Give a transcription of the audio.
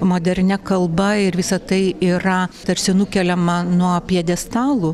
modernia kalba ir visa tai yra tarsi nukeliama nuo pjedestalų